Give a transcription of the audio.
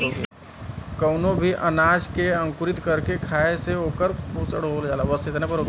कवनो भी अनाज के अंकुरित कर के खाए से ओकर पोषण बढ़ जाला